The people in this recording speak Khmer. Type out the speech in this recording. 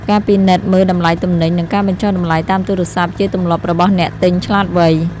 ការពិនិត្យមើលតម្លៃទំនិញ និងការបញ្ចុះតម្លៃតាមទូរស័ព្ទ ជាទម្លាប់របស់អ្នកទិញឆ្លាតវៃ។